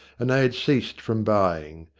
and they had ceased from buying.